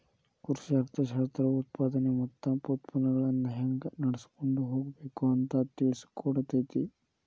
ಕೃಷಿ ಅರ್ಥಶಾಸ್ತ್ರವು ಉತ್ಪಾದನೆ ಮತ್ತ ಉತ್ಪನ್ನಗಳನ್ನಾ ಹೆಂಗ ನಡ್ಸಕೊಂಡ ಹೋಗಬೇಕು ಅಂತಾ ತಿಳ್ಸಿಕೊಡತೈತಿ